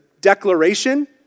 declaration